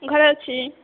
ଘରେ ଅଛି